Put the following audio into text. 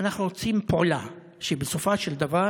אנחנו רוצים פעולה, שבסופו של דבר